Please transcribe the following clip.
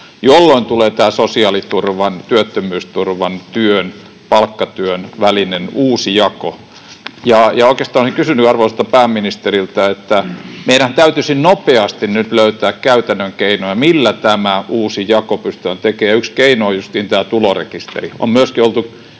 jolloin tulee tämä sosiaaliturvan, työttömyysturvan, työn, palkkatyön välinen uusi jako. Oikeastaan olisin kysynyt arvoisalta pääministeriltä: Meidän täytyisi nopeasti nyt löytää käytännön keinoja, millä tämä uusi jako pystytään tekemään. Yksi keino on justiin tämä tulorekisteri.